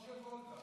כמו של גולדה.